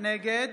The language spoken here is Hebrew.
נגד